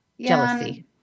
Jealousy